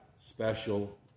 special